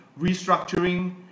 restructuring